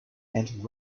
and